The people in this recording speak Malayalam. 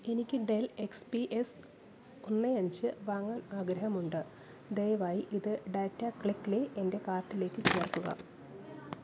എനിക്ക് ഡെൽ എക്സ് പി എസ് ഒന്ന് അഞ്ച് വാങ്ങാൻ ആഗ്രഹമുണ്ട് ദയവായി ഇത് ഡാറ്റ ക്ലിക്ക്ലീ എന്റെ കാർട്ടിലേക്ക് ചേർക്കുക